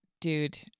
Dude